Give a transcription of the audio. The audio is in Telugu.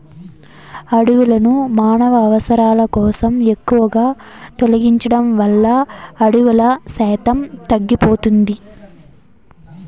అడవులను మానవ అవసరాల కోసం ఎక్కువగా తొలగించడం వల్ల అడవుల శాతం తగ్గిపోతాది